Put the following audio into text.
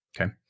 okay